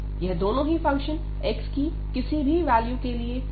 यह दोनों ही फंक्शन x की किसी भी वैल्यू के लिए डिक्रीजिंग है